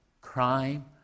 crime